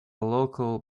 local